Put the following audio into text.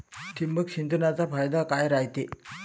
ठिबक सिंचनचा फायदा काय राह्यतो?